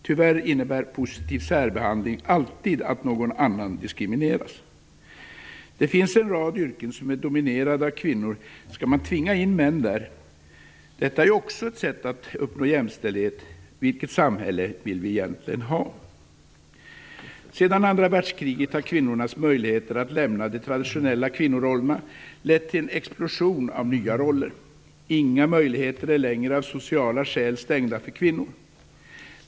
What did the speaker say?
Tyvärr innebär positiv särbehandling alltid att någon annan diskrimineras. Det finns en rad yrken som är dominerade av kvinnor - skall man tvinga in män där? Det är ju också ett sätt att uppnå jämställdhet. Vilket samhälle vill vi egentligen ha? Sedan andra världskriget har kvinnornas möjligheter att lämna de traditionella kvinnorollerna lett till en explosion av nya roller. Inga möjligheter är längre av sociala skäl stängda för kvinnor.